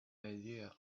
idea